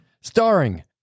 Starring